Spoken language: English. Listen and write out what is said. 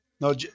No